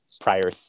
prior